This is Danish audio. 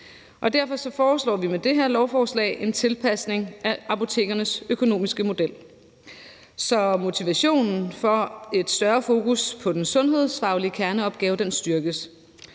Derfor foreslår vi med det her lovforslag en tilpasning af apotekernes økonomiske model, så motivationen for et større fokus på den sundhedsfaglige kerneopgave styrkes.